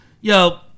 yo